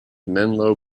menlo